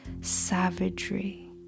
savagery